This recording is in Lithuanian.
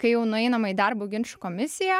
kai jau nueinama į darbo ginčų komisiją